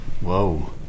Whoa